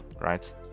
right